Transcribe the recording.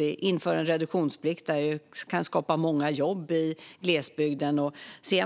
Vi inför en reduktionsplikt som kan skapa många jobb i glesbygden. Om